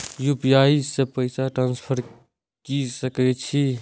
UPI से पैसा transfer की सके छी?